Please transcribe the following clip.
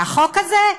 והחוק הזה,